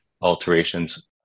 alterations